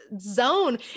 zone